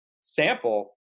sample